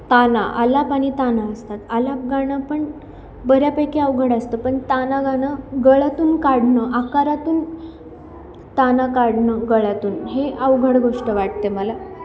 ताना आलाप आणि ताना असतात आलाप गाणं पण बऱ्यापैकी अवघड असतं पण ताना गाणं गळ्यातून काढणं आकारातून ताना काढणं गळातून हे अवघड गोष्ट वाटते मला